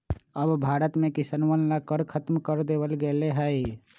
अब भारत में किसनवन ला कर खत्म कर देवल गेले है